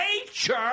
nature